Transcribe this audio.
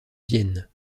vienne